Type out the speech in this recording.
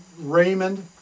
Raymond